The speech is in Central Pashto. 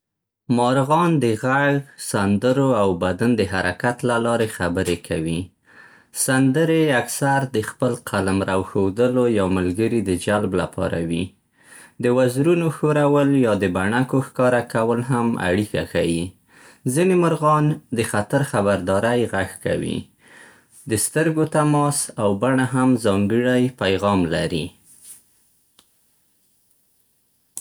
مارغان د غږ، سندرو، او بدن د حرکت له لارې خبرې کوي. سندرې اکثر د خپل قلمرو ښودلو یا ملګري د جلب لپاره وي. د وزرونو ښورول یا د بڼکو ښکاره کول هم اړیکه ښيي. ځینې مرغان د خطر خبرداری غږ کوي. د سترګو تماس او بڼه هم ځانګړی پیغام لري.